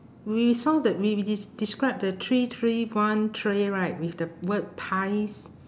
we saw that we we des~ described the three three one tray right with the word pies